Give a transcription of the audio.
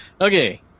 Okay